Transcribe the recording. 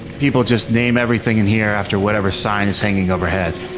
people just named everything in here after whatever sign's hanging overhead.